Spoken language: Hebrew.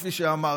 כפי שאמרתי.